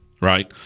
right